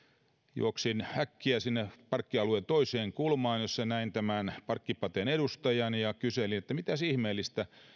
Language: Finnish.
juoksin äkkiä sinne parkkialueen toiseen kulmaan missä näin tämän parkkipaten edustajan ja kyselin mitäs ihmeellistä